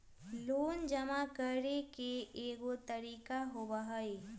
Loan जमा करेंगे एगो तारीक होबहई?